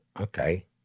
okay